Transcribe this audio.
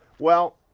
well,